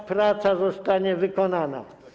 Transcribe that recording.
Ta praca zostanie wykonana.